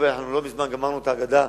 אנחנו לקראת ההגדה,